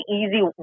easy